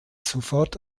sofort